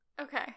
okay